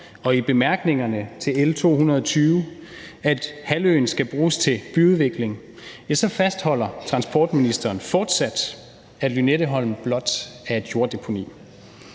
og i bemærkningerne til L 220, at halvøen skal bruges til byudvikling, ja, så fastholder transportministeren fortsat, at Lynetteholm blot er et jorddeponi.